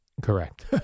Correct